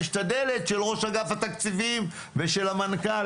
יש את הדלת של ראש אגף התקציבים ושל המנכ"ל